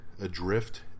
Adrift